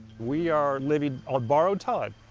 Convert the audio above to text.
we are living on borrowed time.